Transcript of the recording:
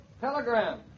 telegram